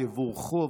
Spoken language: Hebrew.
יבורכו.